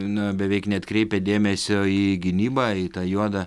na beveik neatkreipia dėmesio į gynybą į tą juodą